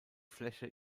fläche